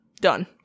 done